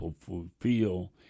fulfill